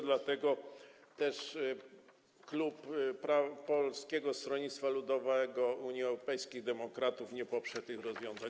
Dlatego też klub Polskiego Stronnictwa Ludowego - Unii Europejskich Demokratów nie poprze tych rozwiązań.